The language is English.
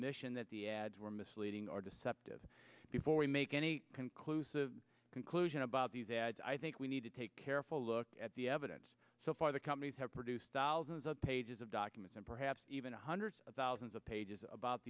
admission that the ads were misleading or deceptive before we make any conclusive conclusion about these ads i think we need to take careful look at the evidence so far the companies have produced thousands of pages of documents and perhaps even hundreds of thousands of pages about